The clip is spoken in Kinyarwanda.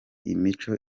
imico